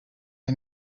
and